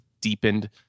deepened